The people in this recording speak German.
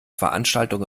veranstaltung